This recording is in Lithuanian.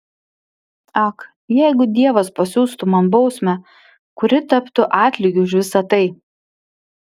ak jeigu dievas pasiųstų man bausmę kuri taptų atlygiu už visa tai